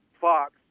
Fox